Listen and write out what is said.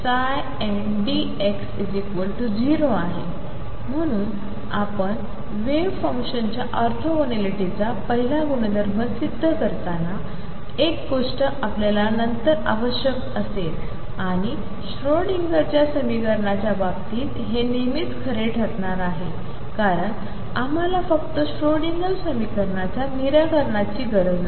म्हणून आपण वेव्ह फंक्शन्सच्या ऑर्थोगोनॅलिटीचा पहिला गुणधर्म सिद्ध करताना एक गोष्ट आपल्याला नंतर आवश्यक असेल आणि श्रोडिंगरच्या समीकरणाच्या बाबतीत हे नेहमीच खरे ठरणार आहे कारण आम्हाला फक्त श्रोडिंगर समीकरणाच्या निराकारणाची गरज नाही